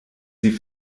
sie